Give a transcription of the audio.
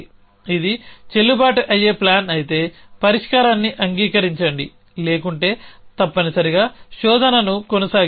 ఇది చెల్లుబాటు అయ్యే ప్లాన్ అయితే పరిష్కారాన్ని అంగీకరించండి లేకుంటే తప్పనిసరిగా శోధనను కొనసాగించండి